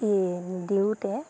দিওঁতে